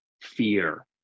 fear